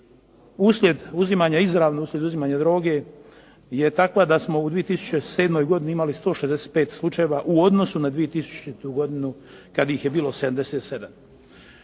uslijed uzimanja, izravno uslijed uzimanja droge je takva da smo u 2007. godini imali 165 slučajeva u odnosu na 2000. godinu kad ih je bilo 77. U ime